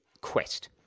quest